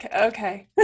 okay